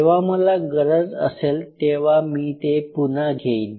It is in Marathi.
जेव्हा मला गरज असेल तेव्हा मी ते पुन घेईन